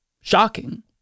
Shocking